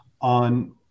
on